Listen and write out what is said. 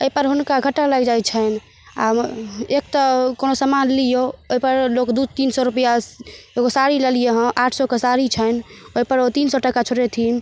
एहिपर हुनका घाटा लागि जाइत छैन आ एक तऽ कोनो समान लिऔ ओहिपर लोक दू तीन सए रुपआ एगो साड़ी लेलियै हँ आठ सए के साड़ी छैन ओहिपर ओ तीन सए टका छोड़ेथिन